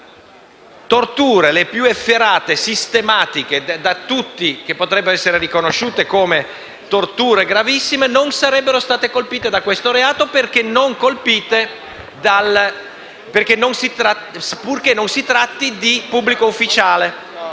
Camera, le più efferate, sistematiche torture, che da tutti potrebbero essere riconosciute come torture gravissime, non sarebbero state colpite da questo reato purché non si fosse trattato di pubblico ufficiale.